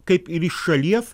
kaip ir iš šalies